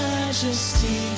Majesty